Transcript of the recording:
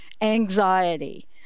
Anxiety